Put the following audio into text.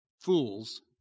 fools